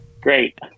great